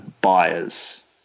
buyers